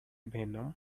venom